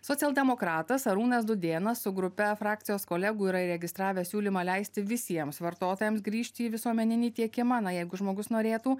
socialdemokratas arūnas dudėnas su grupe frakcijos kolegų yra įregistravęs siūlymą leisti visiems vartotojams grįžti į visuomeninį tiekimą na jeigu žmogus norėtų